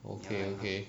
okay okay